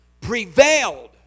prevailed